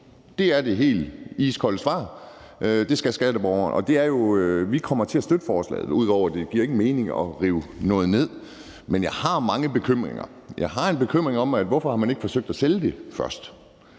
Det er det helt iskolde svar: Det skal skatteborgeren. Vi kommer til at støtte forslaget. Det giver ingen mening at rive noget ned, men jeg har mange bekymringer. Jeg har en bekymring om, hvorfor man ikke først har forsøgt at sælge det.